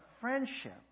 friendship